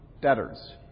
debtors